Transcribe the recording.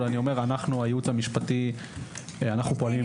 אנחנו פועלים עם הייעוץ המשפטי שלנו